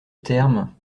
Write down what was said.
terme